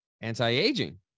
anti-aging